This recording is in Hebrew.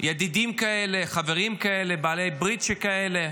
ידידים כאלה, חברים כאלה, בעלי ברית שכאלה,